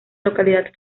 localidad